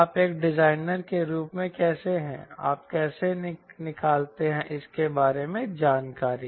आप एक डिजाइनर के रूप में कैसे हैं आप कैसे निकालते हैं इसके बारे में जानकारी